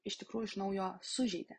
iš tikrųjų iš naujo sužeidė